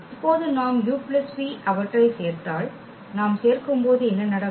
இப்போது நாம் u v அவற்றைச் சேர்த்தால் நாம் சேர்க்கும்போது என்ன நடக்கும்